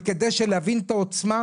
וכדי להבין את העוצמה,